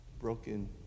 broken